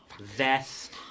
vest